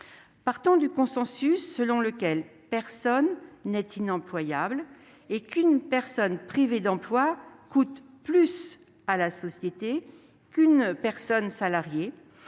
Partant du constat selon lequel personne n'est inemployable et qu'une personne privée d'emploi coûte plus à la société qu'une personne salariée,